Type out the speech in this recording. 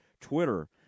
Twitter